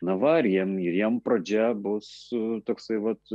na va ir jiem ir jiem pradžia bus su toksai vat